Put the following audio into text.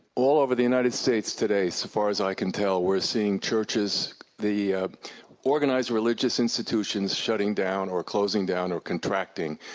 all over the united states today as so far as i can tell, we're seeing churches the ah organized religious institutions shutting down or closing down or contracting,